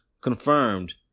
confirmed